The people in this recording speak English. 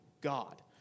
God